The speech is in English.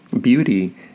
Beauty